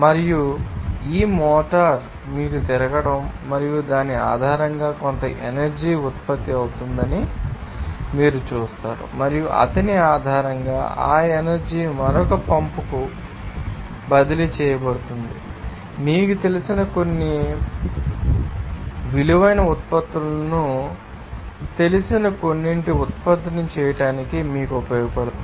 మరియు ఈ మోటారు మీకు తిరగడం మరియు దాని ఆధారంగా కొంత ఎనర్జీ ఉత్పత్తి అవుతుందని మీరు చూస్తారు మరియు అతని ఆధారంగా ఆ ఎనర్జీ మరొక పంపుకు బదిలీ చేయబడుతుందని మీకు తెలుస్తుంది మీకు తెలిసిన కొన్ని పని చేయండి కొన్ని మీకు తెలుస్తుంది విలువైన ఉత్పత్తులను మీకు తెలిసిన కొన్నింటిని ఉత్పత్తి చేయడానికి మీకు ఉపయోగపడుతుంది